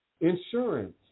Insurance